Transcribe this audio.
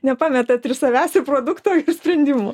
nepametat ir savęs ir produkto ir sprendimų